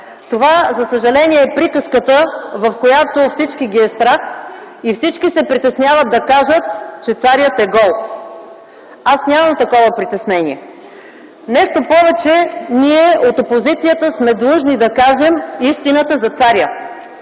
ламя. За съжаление това е приказката, в която всички ги е страх и всички се притесняват да кажат, че царят е гол. Аз нямам такова притеснение. Нещо повече, ние от опозицията сме длъжни да кажем истината за царя.